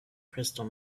crystal